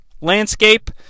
landscape